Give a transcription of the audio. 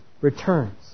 returns